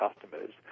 customers